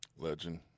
legend